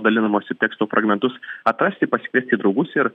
dalinamosi teksto fragmentus atrasti pasikviest į draugus ir